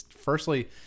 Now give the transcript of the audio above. firstly